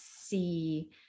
see